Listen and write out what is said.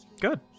Good